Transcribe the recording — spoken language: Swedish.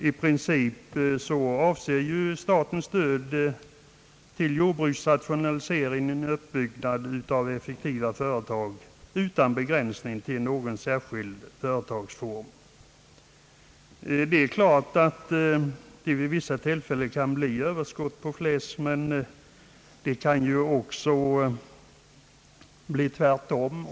I princip avser ju statens stöd till jordbruksrationaliseringen uppbyggnad av effektiva företag utan begränsning till någon särskild företagsform. Det är klart att det vid vissa tillfällen kan bli överskott på fläsk, men det kan också bli tvärtom.